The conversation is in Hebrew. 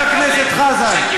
חבר הכנסת חזן,